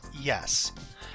Yes